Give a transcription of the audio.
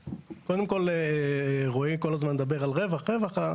קודם כל, רואי כל הזמן מדבר על רווח ורווח.